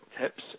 tips